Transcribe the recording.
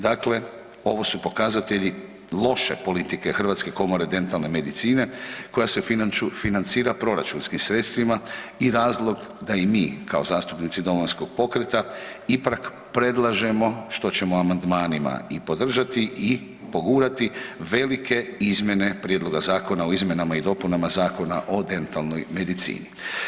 Dakle, ovo su pokazatelji loše politike Hrvatske komore dentalne medicine koja se financira proračunskim sredstvima i razlog da i mi kao zastupnici Domovinskog pokreta ipak predlažemo, što ćemo amandmanima i podržati i pogurati velike izmjene Prijedloga zakona o izmjenama i dopunama Zakona o dentalnoj medicini.